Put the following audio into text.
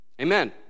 Amen